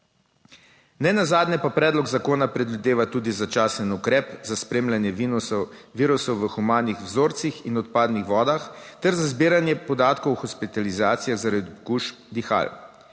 Nenazadnje pa predlog zakona predvideva tudi začasen ukrep za spremljanje virusov v humanih vzorcih in odpadnih vodah ter za zbiranje podatkov o hospitalizacijah zaradi okužb dihal.